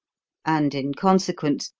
and, in consequence,